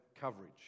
coverage